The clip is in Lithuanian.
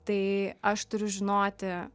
tai aš turiu žinoti